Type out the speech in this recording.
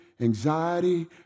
anxiety